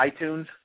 iTunes